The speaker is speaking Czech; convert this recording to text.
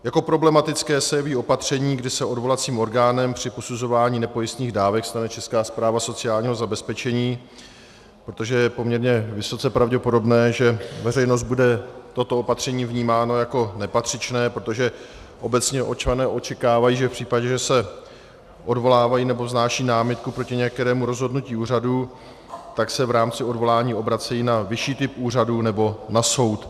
Jako problematické se jeví opatření, kdy se odvolacím orgánem při posuzování nepojistných dávek stane Česká správa sociálního zabezpečení, protože je poměrně vysoce pravděpodobné, že veřejností bude toto opatření vnímáno jako nepatřičné, protože obecně občané očekávají, že v případě, že se odvolávají nebo vznášejí námitku proti některému rozhodnutí úřadu, tak se v rámci odvolání obracejí na vyšší typ úřadu nebo na soud.